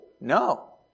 No